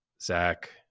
Zach